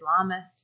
Islamist